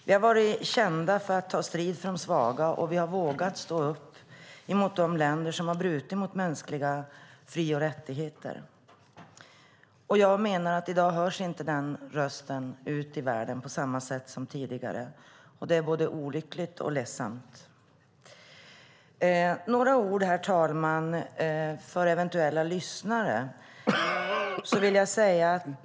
Vi har varit kända för att ta strid för de svaga, och vi har vågat stå upp mot de länder som har brutit mot mänskliga fri och rättigheter. I dag hörs inte den rösten ute i världen på samma sätt som tidigare, och det är både olyckligt och ledsamt. Herr talman! Låt mig säga några ord för eventuella lyssnare.